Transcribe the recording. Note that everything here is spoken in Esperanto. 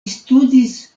studis